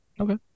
okay